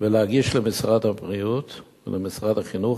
ולהגיש למשרד הבריאות ולמשרד החינוך,